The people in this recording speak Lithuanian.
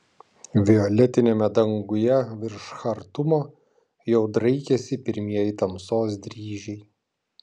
violetiniame danguje virš chartumo jau draikėsi pirmieji tamsos dryžiai